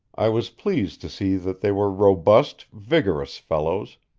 i was pleased to see that they were robust, vigorous fellows,